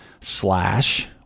slash